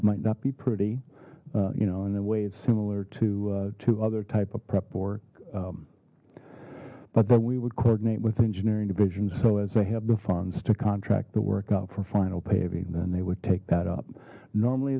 might not be pretty you know in a way it's similar to to other type of prep work but then we would coordinate with engineering divisions so as they have the funds to contract the work out for final paving then they would take that up normally